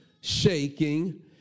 shaking